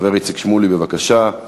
החבר איציק שמולי, בבקשה.